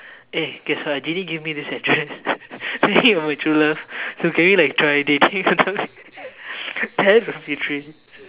eh guess what a genie gave me this address so you're my true love so can we like try dating or something that would be literally